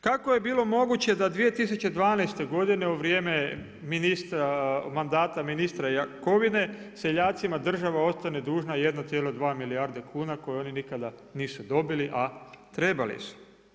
Kako je bilo moguće da 2012. godine u vrijeme mandata ministra Jakovine seljacima država ostane dužna 1,2 milijarde kuna koju oni nikada nisu dobili a trebali su?